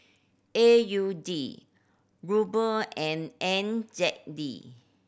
A U D Ruble and N Z D